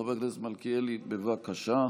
חבר הכנסת מלכיאלי, בבקשה.